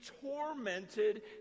tormented